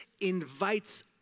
invites